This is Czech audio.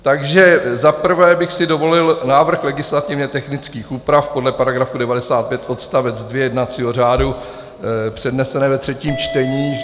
Takže za prvé bych si dovolil návrh legislativně technických úprav podle § 95 odst. 2 jednacího řádu přednesených ve třetím čtení.